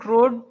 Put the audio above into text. Road